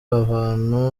ahantu